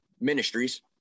ministries